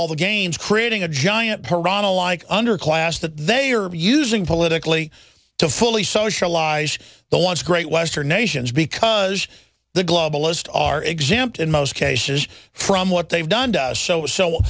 all the games creating a giant purana like underclass that they are of using politically to fully socialize the once great western nations because the globalist are exempt in most cases from what they've done so so